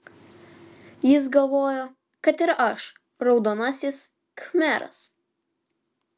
jis galvojo kad ir aš raudonasis khmeras